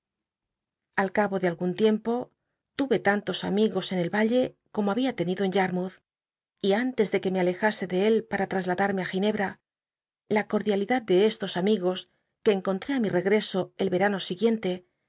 al cabo de algun tiempo tuye tantos am igos en el ya le como había tenido en yarmouth y an tes de que me alejase de él para trasladarme i ginebra la cordial idad de estos amigos que encontré ú mi regrcso el l'enlno oiguicnte